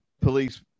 police